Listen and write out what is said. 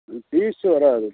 ம் பீஸ் வராது